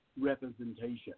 representation